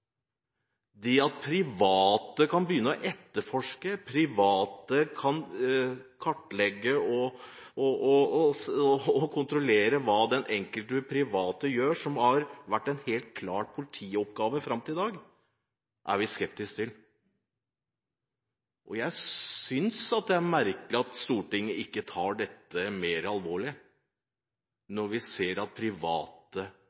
at private kan begynne å etterforske, kartlegge og kontrollere hva den enkelte private gjør, som har vært en helt klar politioppgave fram til i dag, er vi skeptisk til. Jeg synes det er merkelig at Stortinget ikke tar dette mer alvorlig,